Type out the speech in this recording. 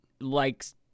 likes